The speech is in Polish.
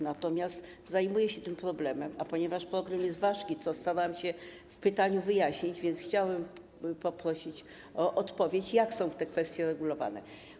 Natomiast zajmuję się tym problemem, a ponieważ problem jest ważki, co starałam się wyjaśnić w pytaniu, więc chciałabym poprosić o odpowiedź, jak te kwestie są regulowane.